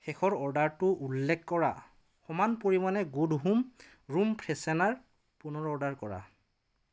শেষৰ অৰ্ডাৰটোত উল্লেখ কৰাৰ সমান পৰিমাণৰে গুড হোম ৰুম ফ্ৰেছনাৰ পুনৰ অৰ্ডাৰ কৰা